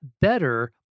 better